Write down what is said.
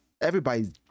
everybody's